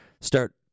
Start